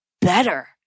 better